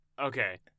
Okay